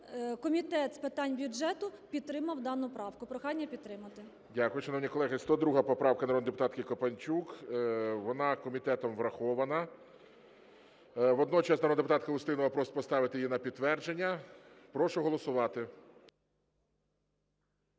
Комітет з питань бюджету підтримав дану правку. Прохання підтримати. ГОЛОВУЮЧИЙ. Дякую. Шановні колеги, 102 поправка народної депутатки Копанчук, вона комітетом врахована. Водночас народний депутат Устінова просить поставити її на підтвердження. Прошу голосувати.